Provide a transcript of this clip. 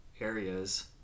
areas